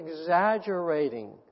exaggerating